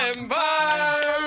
Empire